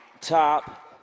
top